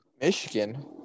michigan